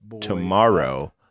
tomorrow